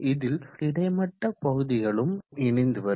இதில் கிடைமட்ட பகுதிகளும் இணைந்து வரும்